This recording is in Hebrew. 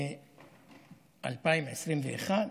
ב-2021,